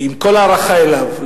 עם כל ההערכה אליו,